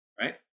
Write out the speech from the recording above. Right